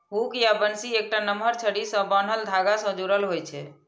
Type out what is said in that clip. hook या बंसी एकटा नमहर छड़ी सं बान्हल धागा सं जुड़ल होइ छै